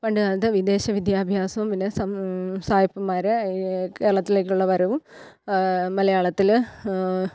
പണ്ടുകാലത്ത് വിദേശവിദ്യാഭ്യാസം പിന്നെ സ സായിപ്പുമാർ കേരളത്തിലേക്കുള്ള വരവും മലയാളത്തിൽ